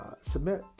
submit